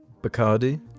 Bacardi